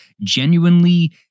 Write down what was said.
genuinely